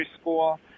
school